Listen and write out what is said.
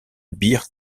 bir